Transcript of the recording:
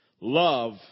Love